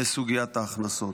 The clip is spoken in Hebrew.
לסוגיית ההכנסות.